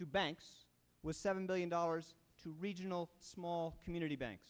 to banks with seven billion dollars to regional small community banks